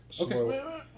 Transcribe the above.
Okay